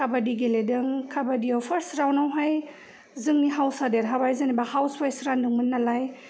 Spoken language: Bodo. खाबादि गेलेदों खाबादिआव फार्स्ट राउन्ड आवहाय जोंनि हाउसआ देरहाबाय जेनेबा हाउस वाइस रानदोंमोन नालाय